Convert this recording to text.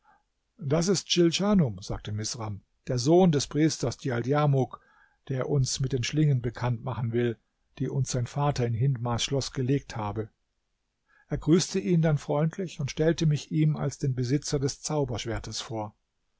das ist schilschanum sagte misram der sohn des priesters djaldjamuk der uns mit den schlingen bekannt machen will die uns sein vater in hindmars schloß gelegt habe er grüßte ihn dann freundlich und stellte mich ihm als den besitzer des zauberschwertes vor